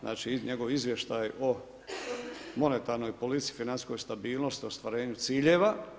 Znači njegov izvještaj o monetarnoj politici i financijskoj stabilnosti, ostvarenju ciljeva.